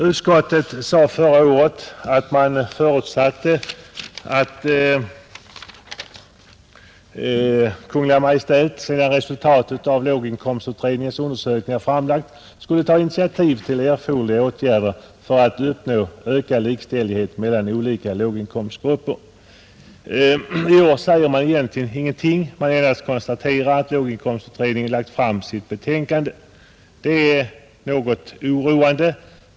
Utskottet skrev förra året att man förutsätter att Kungl. Maj:t sedan resultaten av låginkomstutredningens undersökningar framlagts skulle ta initiativ till erforderliga åtgärder för att uppnå ökad likställighet mellan olika låginkomstgrupper. I år skriver utskottet egentligen ingenting. Utskottet konstaterar bara att låginkomstutredningen har lagt fram sitt betänkande. Detta är något oroande.